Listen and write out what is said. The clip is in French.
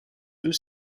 deux